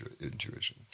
intuition